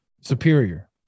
superior